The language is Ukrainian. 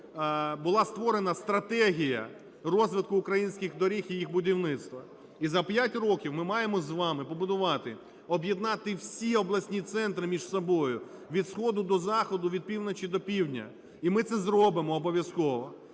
була створена стратегія розвитку українських доріг і їх будівництво. І за п'ять років ми маємо з вами побудувати, об'єднати всі обласні центри між собою: від сходу до заходу, від півночі до півдня, і ми це зробимо обов'язково.